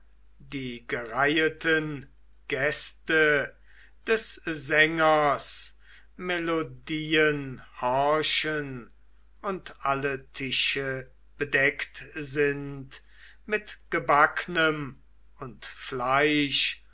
die gereiheten gäste des sängers melodieen horchen und alle tische bedeckt sind mit gebacknem und fleisch